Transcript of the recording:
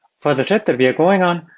for the trip that we are going on,